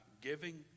giving